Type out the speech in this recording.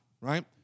right